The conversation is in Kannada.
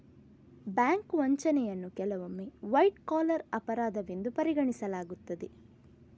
ಬ್ಯಾಂಕ್ ವಂಚನೆಯನ್ನು ಕೆಲವೊಮ್ಮೆ ವೈಟ್ ಕಾಲರ್ ಅಪರಾಧವೆಂದು ಪರಿಗಣಿಸಲಾಗುತ್ತದೆ